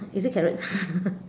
is it carrots